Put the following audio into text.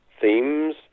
themes